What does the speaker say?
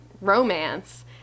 romance